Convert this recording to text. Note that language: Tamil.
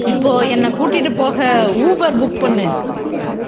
இப்போது என்னை கூட்டிட்டு போக ஊபர் புக் பண்ணு